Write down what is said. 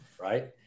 right